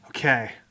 Okay